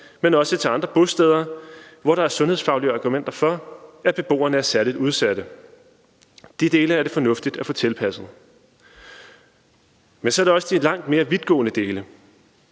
men også til andre bosteder, hvor der er sundhedsfaglige argumenter for, at beboerne er særlig udsatte. De dele er det fornuftigt at få tilpasset. Men så er der også de langt mere vidtgående dele.